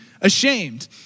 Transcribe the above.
Ashamed